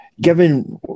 given